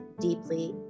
deeply